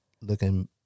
looking